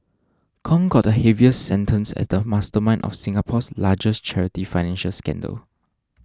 Kong got the heaviest sentence as the mastermind of Singapore's largest charity financial scandal